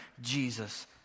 Jesus